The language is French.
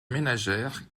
ménagères